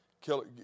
kill